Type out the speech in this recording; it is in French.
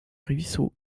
ruisseaux